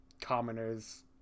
commoners